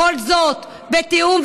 כל זאת בתיאום,